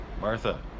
Martha